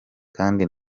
kandi